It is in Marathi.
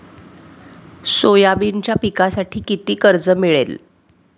सोयाबीनच्या पिकांसाठी किती कर्ज मिळेल?